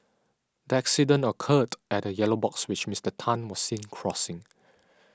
the accident occurred at a yellow box which Mister Tan was seen crossing